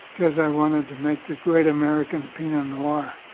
because i wanted to make the great american pinot noir.